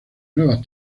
nuevas